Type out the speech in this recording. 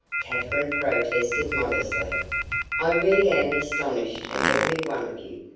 katherine protested modestly i really am astonished at every one of you,